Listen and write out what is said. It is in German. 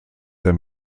der